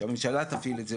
שהממשלה תפעיל את זה.